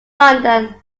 london